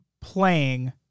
playing